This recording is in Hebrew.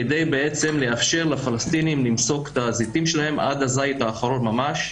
כדי בעצם לאפשר לפלסטינים למסוק את הזיתים שלהם עד הזית האחרון ממש.